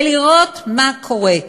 ולראות מה קורה.